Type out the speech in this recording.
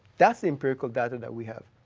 that's empirical data that we have.